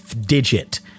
digit